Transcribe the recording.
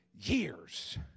years